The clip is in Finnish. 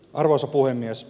arvoisa puhemies